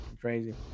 crazy